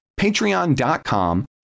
patreon.com